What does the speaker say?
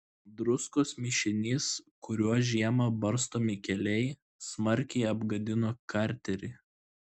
druskos mišinys kuriuo žiemą barstomi keliai smarkiai apgadino karterį